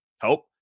Help